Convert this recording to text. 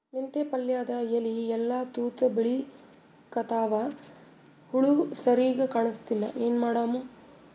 ಮೆಂತೆ ಪಲ್ಯಾದ ಎಲಿ ಎಲ್ಲಾ ತೂತ ಬಿಳಿಕತ್ತಾವ, ಹುಳ ಸರಿಗ ಕಾಣಸ್ತಿಲ್ಲ, ಏನ ಮಾಡಮು?